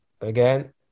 again